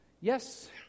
yes